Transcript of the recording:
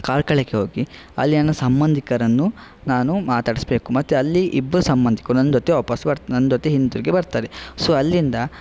ಕಾರ್ಕಳಕ್ಕೆ ಹೋಗಿ ಅಲ್ಲಿ ನನ್ನ ಸಂಬಂಧಿಕರನ್ನು ನಾನು ಮಾತಾಡಿಸ್ಬೇಕು ಮತ್ತು ಅಲ್ಲಿ ಇಬ್ಬರು ಸಂಬಂಧಿಕರು ನನ್ನ ಜೊತೆ ವಾಪಸ್ ಬರ್ತಾ ನನ್ನ ಜೊತೆ ಹಿಂತಿರುಗಿ ಬರ್ತಾರೆ ಸೊ ಅಲ್ಲಿಂದ